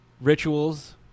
rituals